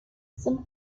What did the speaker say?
some